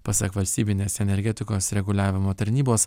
pasak valstybinės energetikos reguliavimo tarnybos